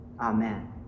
Amen